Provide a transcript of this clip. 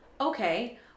Okay